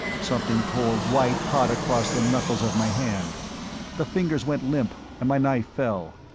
something tore white-hot across the knuckles of my hand the fingers went limp and my knife fell,